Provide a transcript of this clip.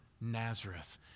Nazareth